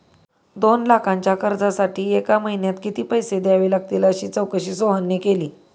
दोन लाखांच्या कर्जासाठी एका महिन्यात किती पैसे द्यावे लागतील अशी चौकशी सोहनने केली